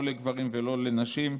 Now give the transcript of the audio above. לא לגברים ולא לנשים.